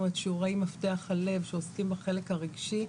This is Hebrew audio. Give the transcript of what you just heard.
את שיעורי מפתח הלב שעוסקים בחלק הרגשי,